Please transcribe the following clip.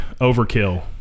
Overkill